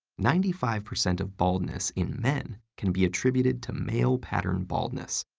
ninety five percent of baldness in men can be attributed to male pattern baldness.